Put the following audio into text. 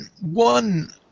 one